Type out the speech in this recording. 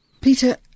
Peter